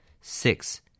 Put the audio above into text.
six